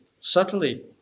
subtly